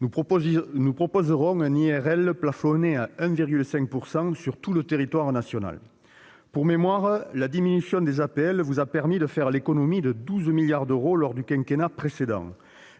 Nous proposerons un plafonnement à 1,5 % de l'IRL sur tout le territoire national. Pour mémoire, la diminution de l'APL vous a permis d'économiser 12 milliards d'euros lors du quinquennat précédent. Or